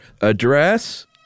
Address